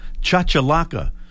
Chachalaca